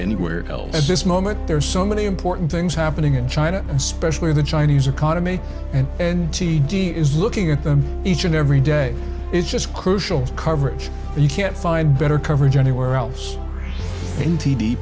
anywhere else at this moment there are so many important things happening in china especially the chinese economy and and t d is looking at them each and every day is just crucial coverage and you can't find better coverage anywhere else and t